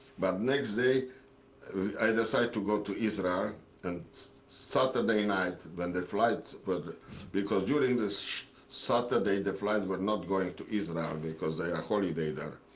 but next day i decided to go to israel. on and saturday night when the flights but because during this saturday the flights were not going to israel because they are holiday there.